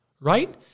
right